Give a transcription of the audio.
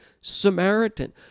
Samaritan